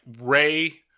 ray